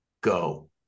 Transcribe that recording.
Go